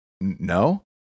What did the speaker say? no